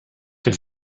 der